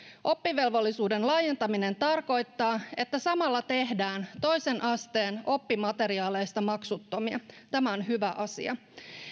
oppivelvollisuuden laajentaminen tarkoittaa että samalla tehdään toisen asteen oppimateriaaleista maksuttomia ja tämä on hyvä asia